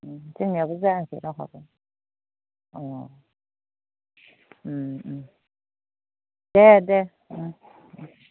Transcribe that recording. जोंनियाबो जायाखै रावहाबो अ दे दे ओं ओं